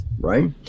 right